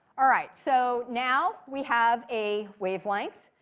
all right, so now we have a wavelength.